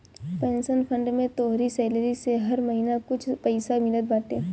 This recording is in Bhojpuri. पेंशन फंड में तोहरी सेलरी से हर महिना कुछ पईसा मिलत बाटे